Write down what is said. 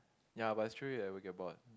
ya but it's true you will ever get bored